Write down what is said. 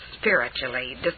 spiritually